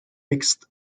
mixed